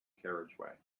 carriageway